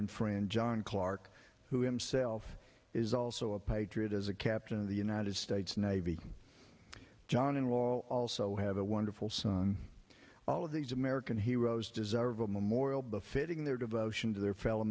and friend john clarke who himself is also a patriot as a captain of the united states navy john in law also have a wonderful son all of these american heroes deserve a memorial befitting their devotion to their fellow